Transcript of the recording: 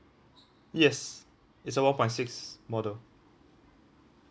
yes it's a one point six model